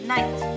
Night